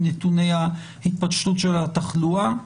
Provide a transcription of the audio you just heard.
נתוני ההתפשטות של התחלואה,